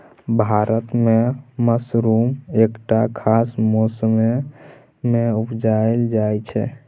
भारत मे मसरुम एकटा खास मौसमे मे उपजाएल जाइ छै